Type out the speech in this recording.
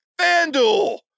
FanDuel